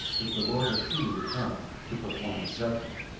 if the lord has truly returned to perform his judgment,